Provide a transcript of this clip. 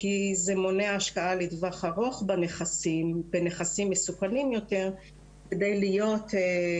כי זה מונע השקעה לטווח ארוך בנכסים מסוכנים יותר כדי ליהנות